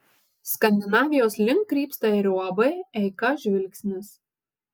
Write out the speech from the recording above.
skandinavijos link krypsta ir uab eika žvilgsnis